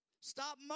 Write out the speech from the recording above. Stop